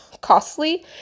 costly